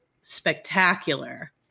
spectacular